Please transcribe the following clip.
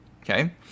Okay